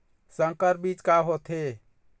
संकर बीज का होथे?